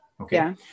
okay